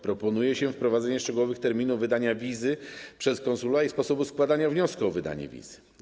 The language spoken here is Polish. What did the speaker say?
Proponuje się wprowadzenie szczegółowych terminów wydania wizy przez konsula i określenie sposobu składania wniosku o wydanie wizy.